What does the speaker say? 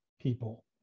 people